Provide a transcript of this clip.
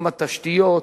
גם התשתיות,